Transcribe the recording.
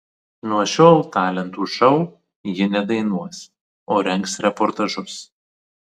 nuo šiol talentų šou ji nedainuos o rengs reportažus